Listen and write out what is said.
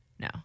No